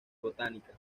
botánica